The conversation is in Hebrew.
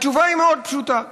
התשובה היא מאוד פשוטה: